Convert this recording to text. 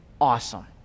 awesome